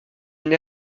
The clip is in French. une